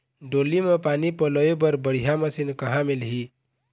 डोली म पानी पलोए बर बढ़िया मशीन कहां मिलही?